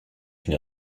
une